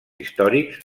històrics